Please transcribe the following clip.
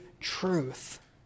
truth